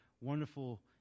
wonderful